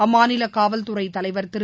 அம்மாநில காவல்துறை தலைவர் திரு